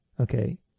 Okay